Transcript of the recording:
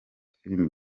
filimi